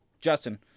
Justin